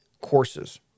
courses